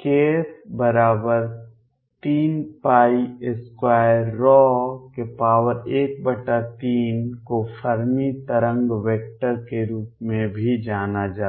kF3213 को Fermi तरंग vector के रूप में भी जाना जाता है